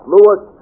Lewis